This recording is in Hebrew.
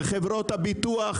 אלה חברות הביטוח,